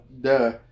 duh